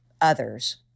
others